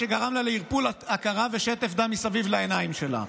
עד שגרם לה לערפול ההכרה ושטף דם מסביב לעיניים שלה.